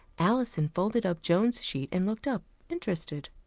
alison folded up joan's sheet and looked up, interested.